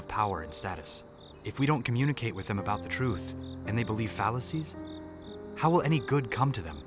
of power and status if we don't communicate with them about the truth and they believe fallacies how any good come to them